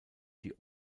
die